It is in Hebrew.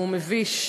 הוא מביש,